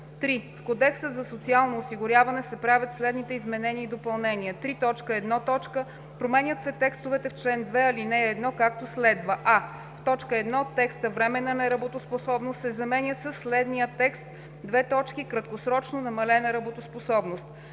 3. В Кодекса за социално осигуряване се правят следните изменения и допълнения: 3.1. променят се текстовете в чл. 2, ал. 1, както следва: а) В т. 1. текста „временна неработоспособност“ се заменя със следния текст: „краткосрочно намалена работоспособност“;